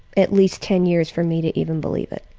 at least ten years for me to even believe it.